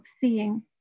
seeing